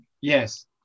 Yes